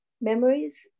memories